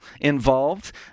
involved